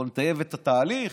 בוא נטייב את התהליך,